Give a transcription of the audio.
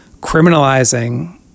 criminalizing